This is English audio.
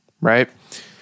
Right